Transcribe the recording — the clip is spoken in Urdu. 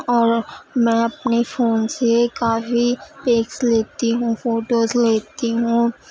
اور میں اپنے فون سے کافی پکس لکھتی ہوں فوٹوز لیتی ہوں